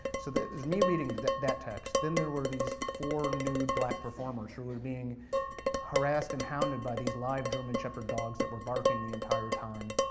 so it's me reading that that text, then there were these four nude black performers, who were being harassed and hounded by these live german shepard dogs that were barking the entire time.